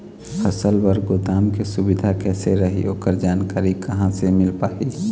फसल बर गोदाम के सुविधा कैसे रही ओकर जानकारी कहा से मिल पाही?